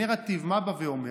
הנרטיב, מה בא ואומר?